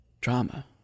drama